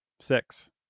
Six